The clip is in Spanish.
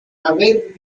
haber